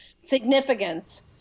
significance